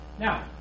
Now